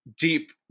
Deep